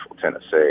Tennessee